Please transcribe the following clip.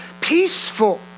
peaceful